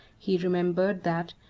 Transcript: he remembered, that,